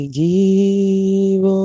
give